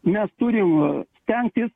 mes turim stengtis